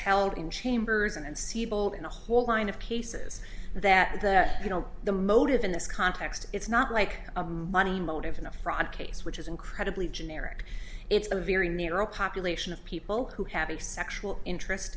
held in chambers and siebel in a whole line of cases that you know the motive in this context it's not like a money motive in a fraud case which is incredibly generic it's a very narrow population of people who have a sexual interest